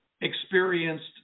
experienced